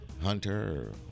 Hunter